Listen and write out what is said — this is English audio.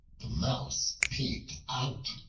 the mouse peeped out,